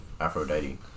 Aphrodite